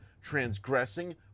transgressing